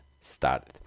started